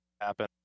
happen